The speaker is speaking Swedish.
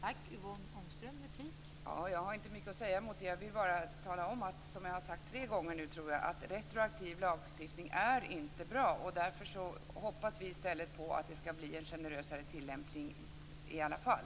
Fru talman! Jag har inte mycket att säga mot det. Jag vill bara tala om, som jag har sagt tre gånger nu, tror jag, att retroaktiv lagstiftning inte är bra. Därför hoppas vi i stället på att det skall bli en generösare tillämpning i alla fall.